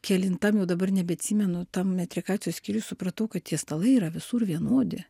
kelintam jau dabar nebeatsimenu tam metrikacijos skyriuj supratau kad tie stalai yra visur vienodi